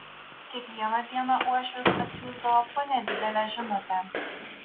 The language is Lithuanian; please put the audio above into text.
kiekvieną dieną uošvis atsiųsdavo po nedidelę žinutę